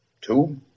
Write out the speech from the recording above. Two